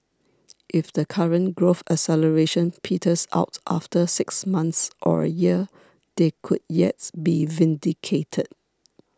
if the current growth acceleration peters out after six months or a year they could yet be vindicated